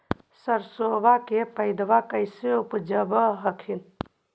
सरसोबा के पायदबा कैसे उपजाब हखिन?